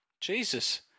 Jesus